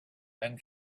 then